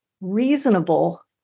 reasonable